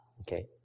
Okay